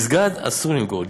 מסגד אסור למכור.